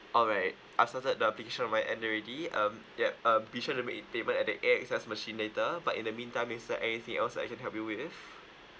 alright I've settled the picture on my end already um yup um be sure to make it payment at the A_X_S machine later but in the meantime is there anything else I can help you with